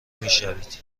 میشوید